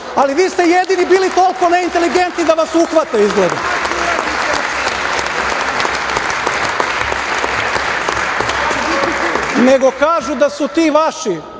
ali vi ste jedini bili toliko neinteligentni da vas uhvate, izgleda. Nego, kažu da su ti vaši